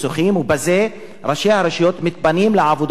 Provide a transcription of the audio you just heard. ובזה ראשי הרשויות מתפנים לעבודתם,